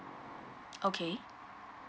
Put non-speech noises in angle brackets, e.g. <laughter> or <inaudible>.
<noise> okay